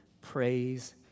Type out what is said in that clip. praise